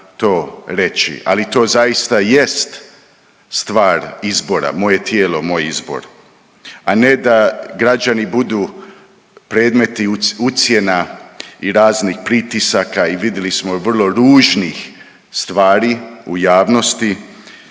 Ali to zaista jest stvar izbora, moje tijelo moj izbor, a ne da građani budu predmeti ucjena i raznih pritisaka i vidjeli smo vrlo ružnih stvari u javnosti.